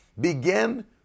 Begin